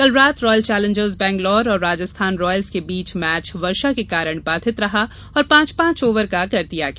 कल रात royal challengers Bangalore और राजस्थान रॉयल्स के बीच मैच वर्षा के कारण बाधित रहा और पांच पांच ओवर का कर दिया गया